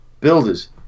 Builders